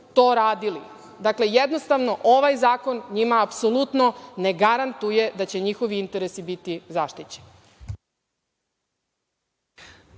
to radili? Dakle, jednostavno ovaj zakon njima apsolutno ne garantuje da će njihovi interesi biti zaštićeni.